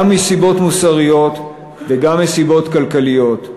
גם מסיבות מוסריות וגם מסיבות כלכליות.